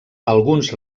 alguns